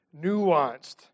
nuanced